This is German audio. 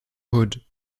hood